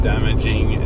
damaging